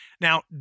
Now